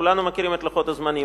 כולנו מכירים את לוחות הזמנים.